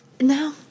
No